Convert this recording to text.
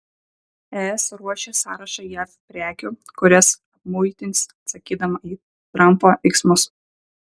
es ruošia sąrašą jav prekių kurias apmuitins atsakydama į trampo veiksmus